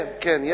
כן, כן.